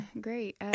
great